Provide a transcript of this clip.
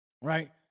Right